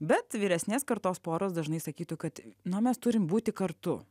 bet vyresnės kartos poros dažnai sakytų kad nu mes turim būti kartu